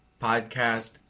podcast